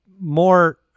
more